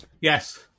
Yes